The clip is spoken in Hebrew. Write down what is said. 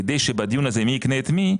כדי שבדיון הזה של מי יקנה את מי,